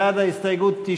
בעד ההסתייגות,